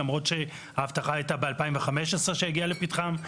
למרות שההבטחה הייתה ב-2015 כשהגיע לפתחם.